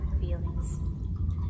feelings